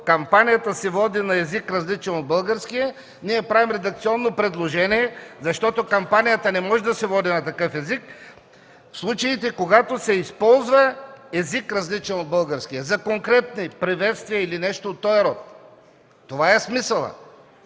кампанията се води на език, различен от българския. Ние правим редакционно предложение, защото кампанията не може да се води на такъв език – в случаите, когато се използва език, различен от българския – за конкретни приветствия или нещо от този род. Това е смисълът.